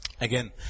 Again